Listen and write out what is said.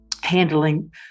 handling